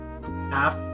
half